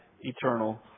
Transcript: eternal